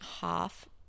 half